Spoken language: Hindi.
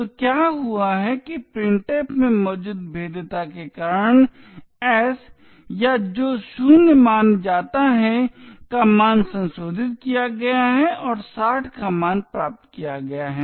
तो क्या हुआ है कि printf में मौजूद भेद्यता के कारण s या जो 0 माना जाता है का मान संशोधित किया गया है और 60 का मान प्राप्त किया है